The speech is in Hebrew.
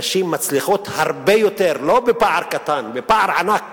נשים מצליחות הרבה יותר, לא בפער קטן, בפער ענק